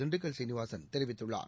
திண்டுக்கல் சீனிவாசன் தெரிவித்துள்ளார்